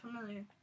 familiar